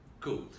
cool